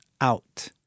out